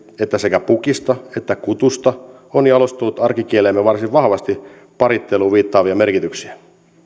että sekä pukista että kutusta on jalostunut arkikieleemme varsin vahvasti paritteluun viittaavia merkityksiä